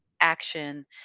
action